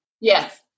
Yes